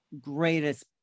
greatest